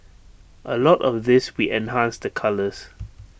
A lot of this we enhanced the colours